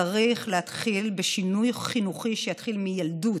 צריך להתחיל בשינוי חינוכי, שיתחיל מילדות,